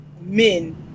men